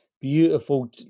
beautiful